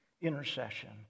intercession